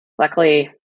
luckily